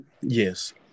Yes